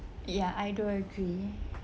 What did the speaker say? ya I do agree